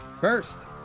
first